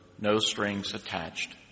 no-strings-attached